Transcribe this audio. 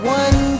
one